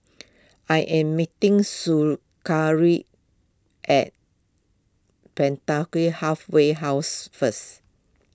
I am meeting Su curry at Penda Kueh Halfway House first